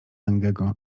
langego